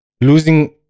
losing